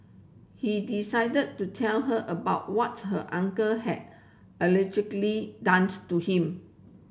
he decided to tell her about what her uncle had done to him